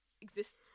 exist